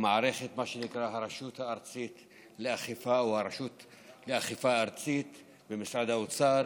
מה שנקרא הרשות הארצית לאכיפה במשרד האוצר,